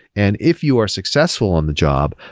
and if you are successful on the job,